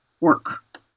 work